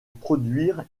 produire